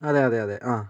അതെ അതെ അതെ ആ